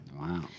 Wow